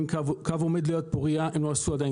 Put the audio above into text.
הקו עומד ליד פוריה עומד ארבע שנים